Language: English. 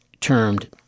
termed